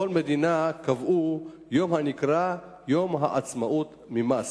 בכל מדינה קבעו יום הנקרא "יום העצמאות ממס"